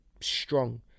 strong